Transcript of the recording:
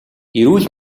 эрүүл